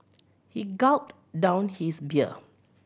he gulped down his beer